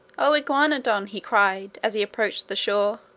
o iguanodon! he cried, as he approached the shore,